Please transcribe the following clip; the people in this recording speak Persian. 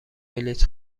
بلیط